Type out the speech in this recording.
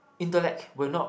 intellect will not